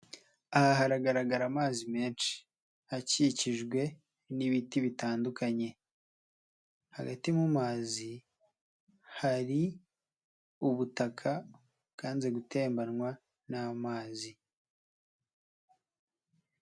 Aha haragaragara amazi menshi akikijwe n'ibiti bitandukanye. Hagati mu mazi hari ubutaka bwanze gutebanwa n'amazi.